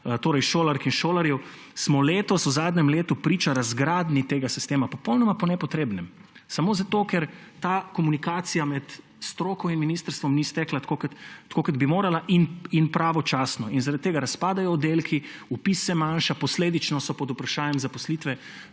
tisoč šolark in šolarjev, smo v zadnjem letu priča razgradnji tega sistema popolnoma po nepotrebnem. Samo zato, ker ta komunikacija med stroko in ministrstvom ni stekla pravočasno in tako, kot bi morala. In zaradi tega razpadajo oddelki, vpis se manjša, posledično so pod vprašajem zaposlitve